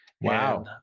Wow